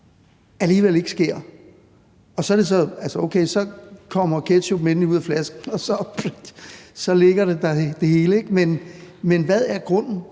alligevel ikke sker? Så kommer ketchuppen endelig ud af flasken, og så ligger det hele der. Men hvad er grunden?